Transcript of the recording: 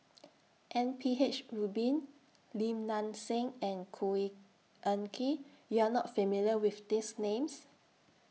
M P H Rubin Lim Nang Seng and Khor Ean Ghee YOU Are not familiar with These Names